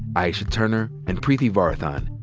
aisha turner, and preeti varathan.